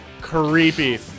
creepy